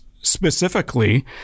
specifically